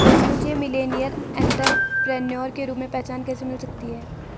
मुझे millennial entrepreneur के रूप में पहचान कैसे मिल सकती है?